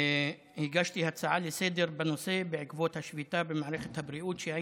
הגשתי הצעה לסדר-יום בנושא בעקבות השביתה שהייתה במערכת הבריאות.